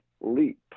leap